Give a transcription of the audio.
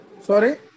Sorry